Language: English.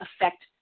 affect